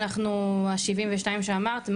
ה-72 שאמרת,